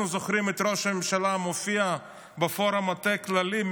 אנחנו זוכרים את ראש הממשלה מופיע בפורום המטה הכללי,